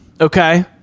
Okay